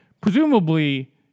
presumably